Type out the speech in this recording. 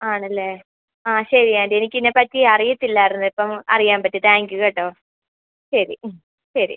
ആണല്ലേ ആ ശരി ആൻറി എനിക്ക് ഇതിനെ പറ്റി അറിയില്ലായിരുന്നു ഇപ്പോൾ അറിയാൻ പറ്റി താങ്ക് യു കേട്ടോ ശരി ശരി